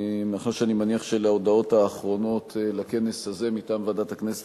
מאחר שאני מניח שאלה ההודעות האחרונות לכנס הזה מטעם ועדת הכנסת,